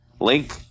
link